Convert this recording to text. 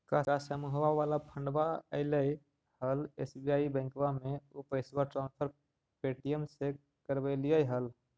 का समुहवा वाला फंडवा ऐले हल एस.बी.आई बैंकवा मे ऊ पैसवा ट्रांसफर पे.टी.एम से करवैलीऐ हल?